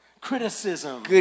Criticism